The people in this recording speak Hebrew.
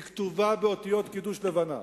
היא כתובה באותיות קידוש לבנה.